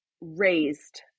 raised